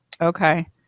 Okay